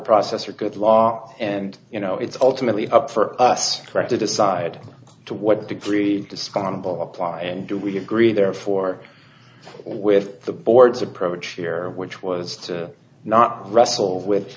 process are good law and you know it's ultimately up for us to decide to what degree discount on apply and do we agree therefore with the board's approach here which was to not wrestle with